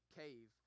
cave